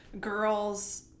girls